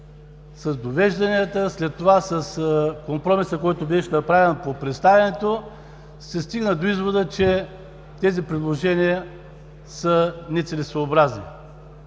с довежданията, след това с компромиса, който беше направен по представянето, се стигна до извода, че тези предложения са нецелесъобразни.